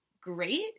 great